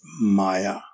maya